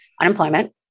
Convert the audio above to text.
unemployment